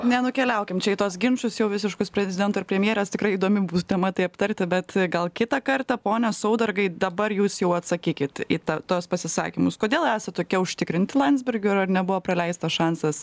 nenukeliaukim čia į tuos ginčus jau visiškus prezidento ir premjerės tikrai įdomi bus tema tai aptarti bet gal kitą kartą pone saudargai dabar jūs jau atsakykit į ta tuos pasisakymus kodėl esat tokie užtikrinti landsbergiu ir ar nebuvo praleistas šansas